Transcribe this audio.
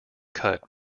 cut